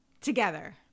together